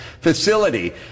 facility